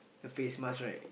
a face mask right